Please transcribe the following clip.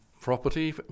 property